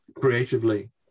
creatively